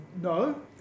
No